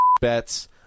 bets